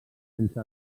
sense